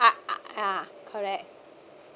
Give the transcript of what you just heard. uh uh uh correct